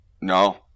No